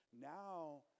now